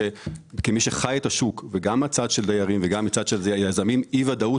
כמי שחי את השוק גם מצד היזמים אני יודע שלאי-ודאות